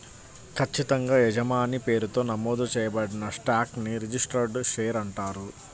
ఖచ్చితంగా యజమాని పేరుతో నమోదు చేయబడిన స్టాక్ ని రిజిస్టర్డ్ షేర్ అంటారు